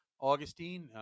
Augustine